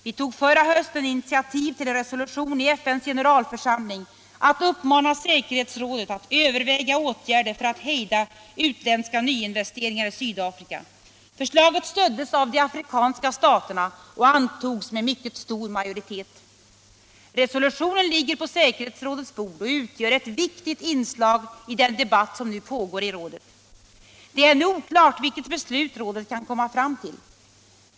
—- Vi tog förra hösten initiativ till en resolution i FN:s generalförsamling att uppmana säkerhetsrådet att överväga åtgärder för att hejda utländska nyinvesteringar i Sydafrika. Förslaget stöddes av de afrikanska staterna och antogs med mycket stor majoritet. Resolutionen ligger på säkerhetsrådets bord och utgör ett viktigt inslag i den debatt som nu pågår i rådet. Det är ännu oklart vilket beslut rådet kan komma fram till.